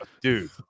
Dude